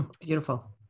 Beautiful